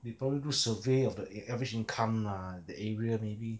they probably do survey of the average income mah the area maybe